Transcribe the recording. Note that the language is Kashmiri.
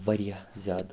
واریاہ زیادٕ